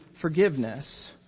forgiveness